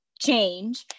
change